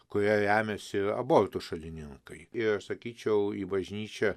kuria remiasi abortų šalininkai ir sakyčiau į bažnyčią